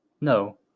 No